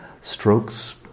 strokes